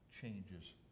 changes